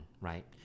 right